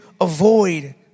avoid